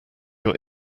your